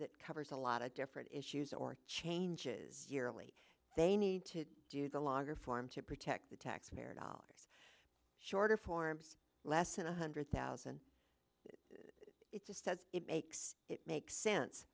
that covers a lot of different issues or changes yearly they need to do the longer form to protect the taxpayer dollars shorter forms less than one hundred thousand it just says it makes it makes sense